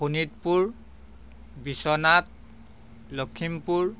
Sonitpur Biswanath Lakhimpur